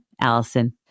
Allison